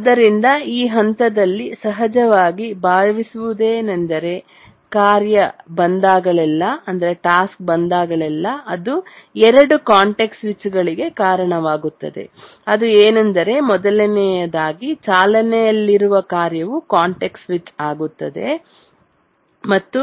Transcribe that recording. ಆದ್ದರಿಂದ ಈ ಹಂತದಲ್ಲಿ ಸಹಜವಾಗಿ ಭಾವಿಸುವುದೇ ನೆಂದರೆ ಕಾರ್ಯ ಟಾಸ್ಕ್ ಬಂದಾಗಲೆಲ್ಲಾ ಅದು 2 ಕಾಂಟೆಕ್ಸ್ಟ್ ಸ್ವಿಚ್ಗಳಿಗೆ ಕಾರಣವಾಗುತ್ತದೆ ಅದು ಏನೆಂದರೆ ಮೊದಲನೆಯದಾಗಿ ಚಾಲನೆಯಲ್ಲಿರುವ ಕಾರ್ಯವು ಕಾಂಟೆಕ್ಸ್ಟ್ ಸ್ವಿಚ್ ಆಗಿರುತ್ತದೆ ಮತ್ತು